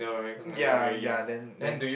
ya ya then then